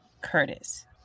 Curtis